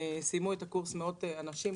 סיימו את הקורס מאות אנשים.